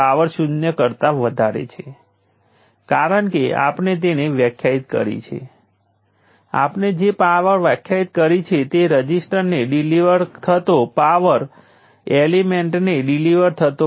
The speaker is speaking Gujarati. હવે સામાન્ય રીતે જો તમારી પાસે એક જ વોલ્ટેજ સોર્સ હોય જે પેસિવ હોય તેવા રઝિસ્ટર સાથે સર્કિટ ઉપર એપ્લાય થાય છે તો તે વોલ્ટેજ સોર્સ પાવર ડીલીવર કરશે